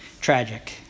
tragic